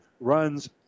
runs